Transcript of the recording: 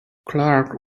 clark